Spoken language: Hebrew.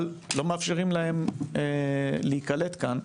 אבל לא מאפשרים להם להיקלט כאן,